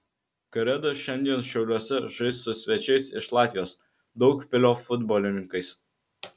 kareda šiandien šiauliuose žais su svečiais iš latvijos daugpilio futbolininkais